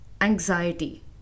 anxiety